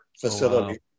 facility